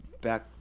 back